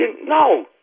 no